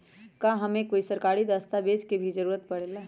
का हमे कोई सरकारी दस्तावेज के भी जरूरत परे ला?